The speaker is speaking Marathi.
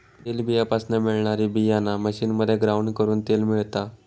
तेलबीयापासना मिळणारी बीयाणा मशीनमध्ये ग्राउंड करून तेल मिळता